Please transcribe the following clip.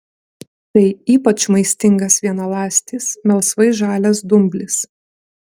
tai ypač maistingas vienaląstis melsvai žalias dumblis